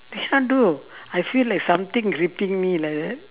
they can't do I feel like something gripping me like that